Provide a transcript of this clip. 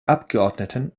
abgeordneten